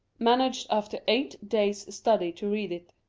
managed after eight days' study to read it.